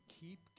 keep